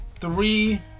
Three